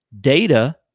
data